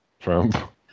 Trump